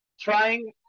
trying